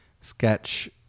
sketch